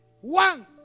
one